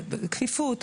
כפיפות,